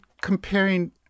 comparing